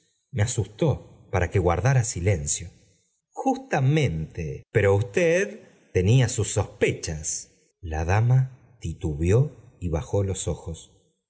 me asustó para que guardara silencio justamente pero usted tenía sus sospechas ea dama titubeó y bajó los oios